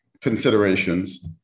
considerations